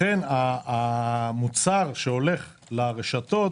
לכן המוצר שהולך לרשתות